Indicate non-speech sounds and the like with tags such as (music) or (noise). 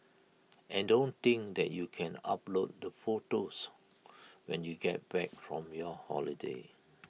and don't think that you can upload the photos (noise) when you get back from your holiday